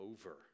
over